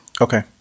Okay